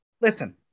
Listen